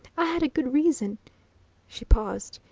i had a good reason she paused,